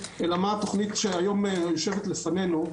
אלא מה התוכנית שהיום יושבת לפנינו,